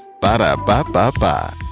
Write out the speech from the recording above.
Ba-da-ba-ba-ba